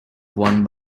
won